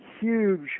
huge